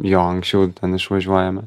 jo anksčiau ten išvažiuojame